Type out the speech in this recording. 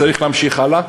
צריך להמשיך הלאה.